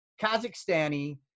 Kazakhstani